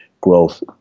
growth